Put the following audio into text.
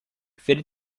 fitted